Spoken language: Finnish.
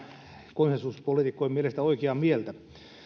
konsensuspoliitikkojen mielestä oikeaa mieltä